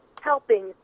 helping